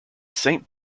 saint